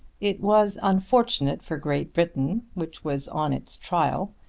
it was unfortunate for great britain, which was on its trial,